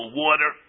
water